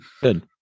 Good